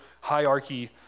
hierarchy